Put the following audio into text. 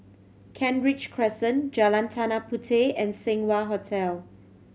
Kent Ridge Crescent Jalan Tanah Puteh and Seng Wah Hotel